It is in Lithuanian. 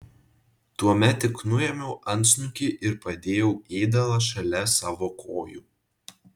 tuomet tik nuėmiau antsnukį ir padėjau ėdalą šalia savo kojų